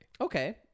okay